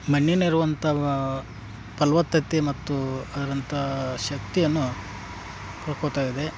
ಮಣ್ಣಿನಿರುವಂಥ ಫಲವತ್ತತೆ ಮತ್ತು ಅದರಂಥ ಶಕ್ತಿಯನ್ನು ಕಳ್ಕೋತಾ ಇದೆ